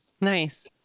Nice